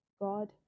god